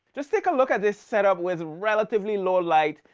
just take a look at this set up with relatively low light,